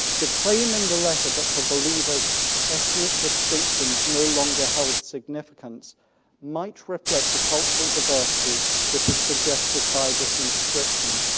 the claim in the letter that for believers ethnic distinctions no longer held significance might reflect the cultural diversity that is suggested by this inscription.